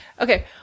Okay